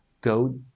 go